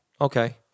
Okay